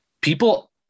People